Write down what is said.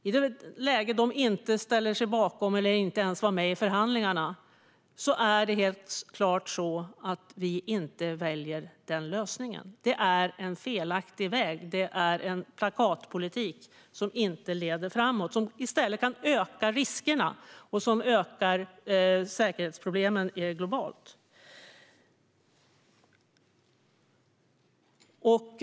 I ett läge där de inte ställer sig bakom ett förbud och inte ens är med i förhandlingarna är det helt klart så att vi inte väljer den lösningen. Det är en felaktig väg. Det är plakatpolitik som inte leder framåt utan som i stället kan öka riskerna och säkerhetsproblemen globalt.